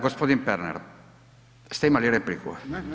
Gospodin Pernar niste imali repliku?